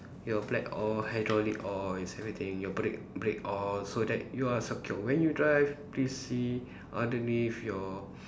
your plate all hydraulic all yes everything your brake brake all so that you are secure when you drive please see underneath your